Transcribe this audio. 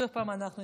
שוב אנחנו נפגשים.